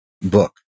book